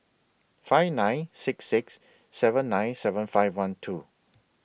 five nine six six seven nine seven five one two